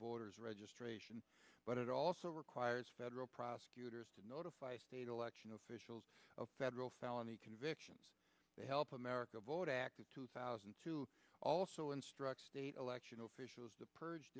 voter's registration but it also requires federal prosecutors to notify state election officials of federal felony convictions they help america vote act of two thousand and two also instruct state election officials to purge